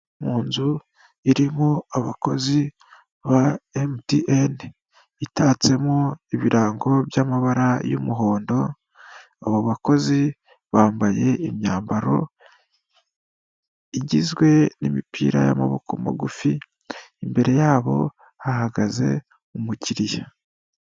Munzu irimo abakozi ba MTN, itatsemo ibirango by'amabara y'umuhondo abo bakozi bambaye imyambaro igizwe n'imipira y'amaboko magufi, imbere yabo hahagaze umukiriya.